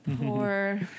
Poor